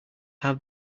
have